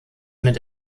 mit